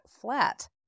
flat